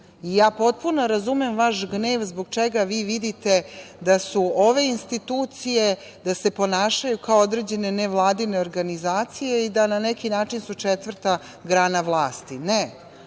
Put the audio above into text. ja potpuno razumem vaš gnev zbog čega vi vidite da su ove institucije, da se ponašaju kao određene nevladine organizacije i da na neki način su četvrta grana vlasti. Ne,